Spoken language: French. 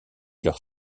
leurs